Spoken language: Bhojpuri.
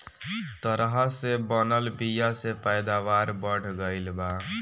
तरह से बनल बीया से पैदावार बढ़ गईल बा